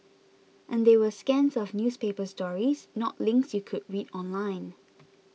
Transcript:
and they were scans of newspaper stories not links you could read online